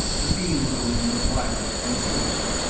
the theme of the room was violet and silver,